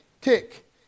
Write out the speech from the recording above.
Tick